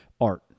art